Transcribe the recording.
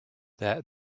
that